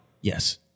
Yes